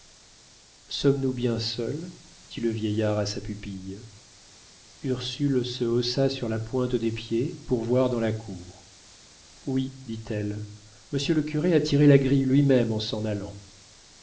sommes-nous bien seuls dit le vieillard à sa pupille ursule se haussa sur la pointe des pieds pour voir dans la cour oui dit-elle monsieur le curé a tiré la grille lui-même en s'en allant